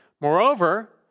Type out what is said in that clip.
Moreover